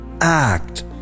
act